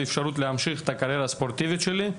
אפשרות להמשיך את הקריירה הספורטיבית שלי.